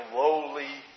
lowly